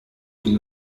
une